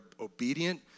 obedient